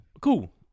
Cool